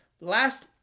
last